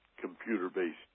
computer-based